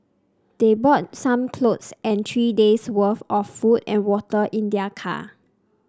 they brought some clothes and three days worth of food and water in their car